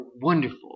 wonderful